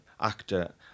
actor